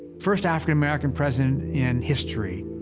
first african-american president in history,